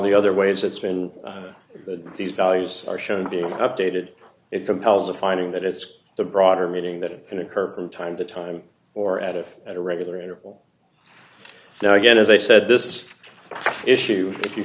the other ways it's been that these values are shown being updated it compels a finding that it's the broader meaning that can occur from time to time or at if at a regular interval now again as i said this issue if you